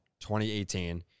2018